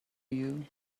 you